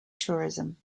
tourism